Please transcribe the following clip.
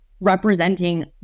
representing